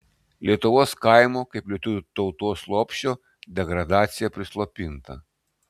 lietuvos kaimo kaip lietuvių tautos lopšio degradacija prislopinta